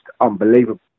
unbelievable